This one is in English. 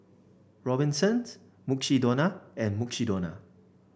Robinsons Mukshidonna and Mukshidonna